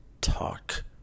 talk